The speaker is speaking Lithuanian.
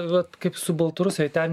vat kaip su baltarusija ten